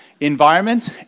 Environment